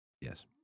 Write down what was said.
Yes